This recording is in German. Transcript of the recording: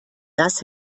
das